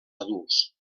adults